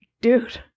dude